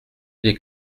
des